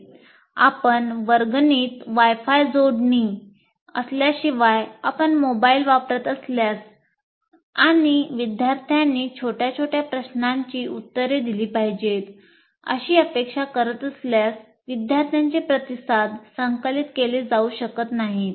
आपण वर्गणीत Wi Fi जोडणी असल्याशिवाय आपण Moodle वापरत असल्यास आणि विद्यार्थ्यांनी छोट्या छोट्या प्रश्नांची उत्तरे दिली पाहिजेत अशी अपेक्षा करत असल्यास विद्यार्थ्यांचे प्रतिसाद संकलित केले जाऊ शकत नाहीत